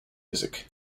music